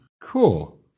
Cool